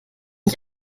ich